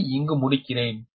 இதனை இங்கு முடிக்கிறேன்